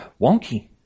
wonky